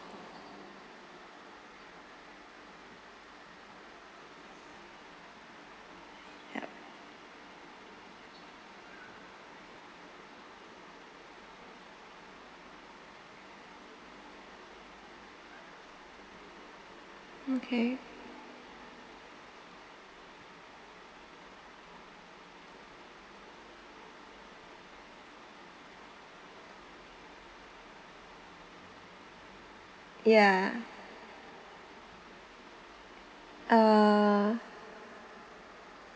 yup okay ya uh